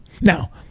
now